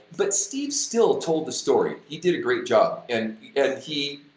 but steve still told the story, he did a great job and he,